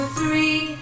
three